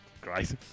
great